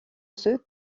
ceux